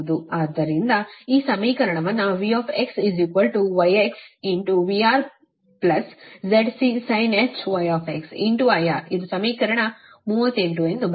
ಆದ್ದರಿಂದ ಈ ಸಮೀಕರಣವನ್ನು V γx VRZCsinh γx IR ಇದು ಸಮೀಕರಣ 38 ಎಂದು ಬರೆಯಬಹುದು